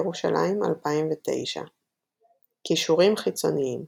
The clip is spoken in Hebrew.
ירושלים 2009. קישורים חיצוניים